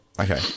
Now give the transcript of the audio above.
Okay